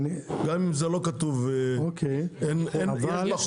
גם אם זה לא כתוב, יש בחוק סעיף.